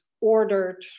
ordered